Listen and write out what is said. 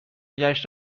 نگهش